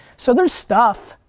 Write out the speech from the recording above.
so, there's stuff.